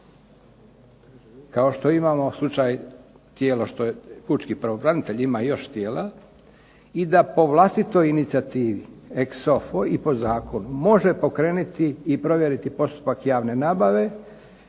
kao što imamo slučaj tijelo što je Pučki pravobranitelj, ima još tijela, i da po vlastitoj inicijativi ex offo i po zakonu može pokrenuti i provjeriti postupak javne nabave